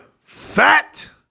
fat